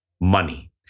Money